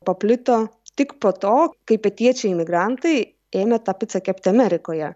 paplito tik po to kai pietiečiai imigrantai ėmė tą picą kepti amerikoje